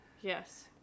Yes